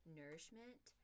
nourishment